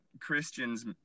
Christians